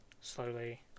slowly